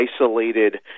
isolated